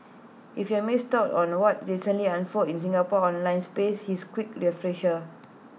if you've missed out on what recently unfolded in the Singapore online space here's A quick refresher